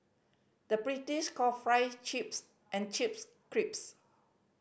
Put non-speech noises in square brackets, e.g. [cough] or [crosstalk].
the British call fry chips and chips [unintelligible]